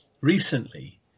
recently